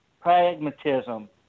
pragmatism